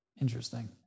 Interesting